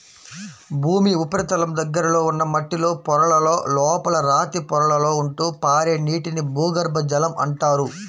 భూమి ఉపరితలం దగ్గరలో ఉన్న మట్టిలో పొరలలో, లోపల రాతి పొరలలో ఉంటూ పారే నీటిని భూగర్భ జలం అంటారు